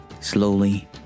Slowly